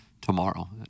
tomorrow